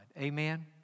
Amen